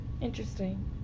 Interesting